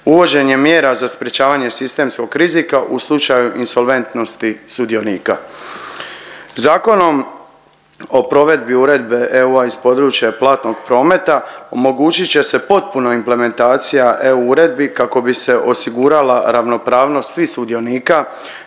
uvođenjem mjera za sprječavanje sistemskog rizika u slučaju insolventnosti sudionika. Zakonom o provedbi uredbe EU-a iz područja platnog prometa, omogućit će se potpuna implementacija EU uredbi kako bi se osigurala ravnopravnost svih sudionika